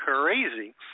crazy